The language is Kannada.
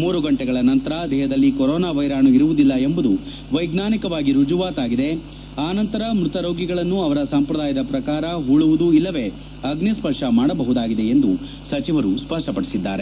ಮೂರು ಗಂಟೆಗಳ ನಂತರ ದೇಹದಲ್ಲಿ ಕೊರೋನಾ ವೈರಾಣು ಇರುವುದಿಲ್ಲ ಎಂಬುದು ವೈಜ್ಞಾನಿಕವಾಗಿ ರುಜುವಾತಾಗಿದೆ ಆನಂತರ ಮೃತ ರೋಗಿಗಳನ್ನು ಅವರ ಸಂಪ್ರದಾಯದ ಪ್ರಕಾರ ಹೂಳುವುದು ಇಲ್ಲವೇ ಅಗ್ನಿಸ್ವರ್ಶ ಮಾಡಬಹುದಾಗಿದೆ ಎಂದೂ ಸಚಿವರು ಸ್ವ ಷ್ವ ಪದಿಸಿದರು